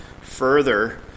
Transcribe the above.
further